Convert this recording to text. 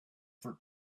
for